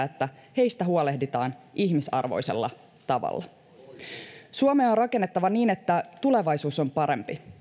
että heistä huolehditaan ihmisarvoisella tavalla suomea on rakennettava niin että tulevaisuus on parempi